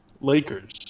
Lakers